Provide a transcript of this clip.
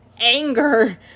anger